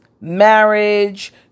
marriage